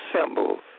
symbols